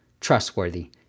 trustworthy